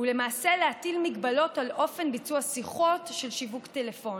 ולמעשה להטיל הגבלות על אופן ביצוע שיחות של שיווק טלפוני.